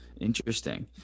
interesting